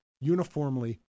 uniformly